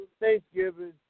Thanksgiving